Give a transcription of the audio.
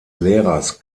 lehrers